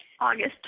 August